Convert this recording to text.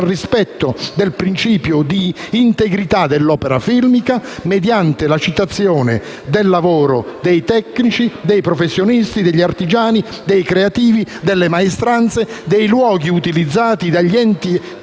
al rispetto del principio di integrità dell’opera filmica mediante la citazione del lavoro dei tecnici, dei professionisti, degli artigiani, dei creativi, delle maestranze, dei luoghi utilizzati, degli enti